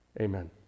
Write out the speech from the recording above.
Amen